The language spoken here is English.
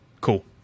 Cool